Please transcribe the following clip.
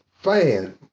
fan